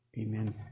amen